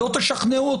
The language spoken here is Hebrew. לא תשכנעו אותי.